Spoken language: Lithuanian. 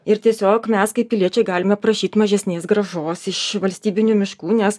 ir tiesiog mes kaip piliečiai galime prašyt mažesnės grąžos iš valstybinių miškų nes